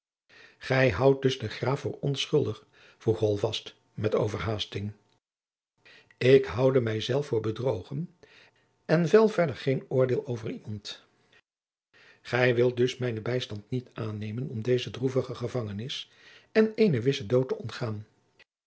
gij houdt dus den graaf voor onschuldig vroeg holtvast met overhaasting ik houde mij zelf voor bedrogen en vel verder geen oordeel over iemand gij wilt dus mijnen bijstand niet aannemen om deze droevige gevangenis en eenen wissen dood te ontgaan